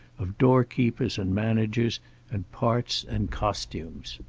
of door-keepers and managers and parts and costumes.